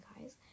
guys